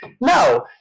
no